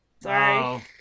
Sorry